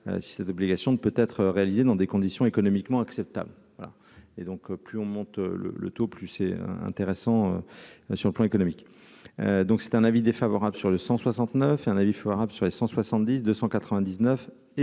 si cette obligation ne peut être réalisé dans des conditions économiquement acceptables, voilà et donc plus on monte le le taux, plus c'est intéressant sur le plan économique, donc c'est un avis défavorable sur le 169 et un avis favorable sur les 170 299 et